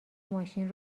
ماشین